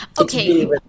Okay